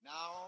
Now